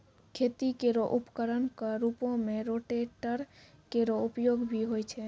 खेती केरो उपकरण क रूपों में रोटेटर केरो उपयोग भी होय छै